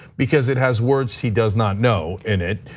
because it has words he does not know in it.